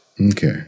Okay